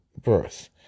birth